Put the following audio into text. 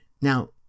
Now